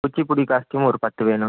Kuchipudi costume ஒரு பத்து வேணும்